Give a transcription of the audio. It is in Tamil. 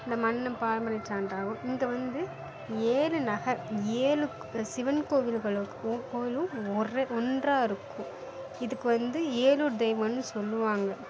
இந்த மண் பாரம்பரிய சான்றாகும் இந்த வந்து ஏறுநகர் ஏழுக் சிவன் கோவிலுகளுக்கும் கோயிலும் ஒர்ரு ஒன்றாக இருக்கும் இதுக்கு வந்து ஏழூர் தெய்வன்னு சொல்லுவாங்க